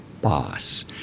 boss